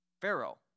pharaoh